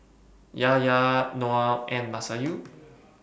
Yahya Noah and Masayu